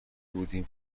بودیم